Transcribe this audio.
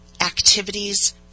activities